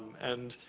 and,